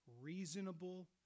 reasonable